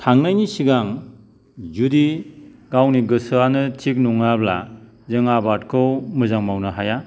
थांनायनि सिगां जुदि गावनि गोसोआनो थिग नङाब्ला जों आबादखौ मोजां मावनो हाया